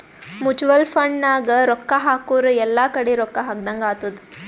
mutual fund ನಾಗ್ ರೊಕ್ಕಾ ಹಾಕುರ್ ಎಲ್ಲಾ ಕಡಿ ರೊಕ್ಕಾ ಹಾಕದಂಗ್ ಆತ್ತುದ್